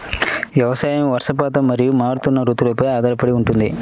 వ్యవసాయం వర్షపాతం మరియు మారుతున్న రుతువులపై ఆధారపడి ఉంటుంది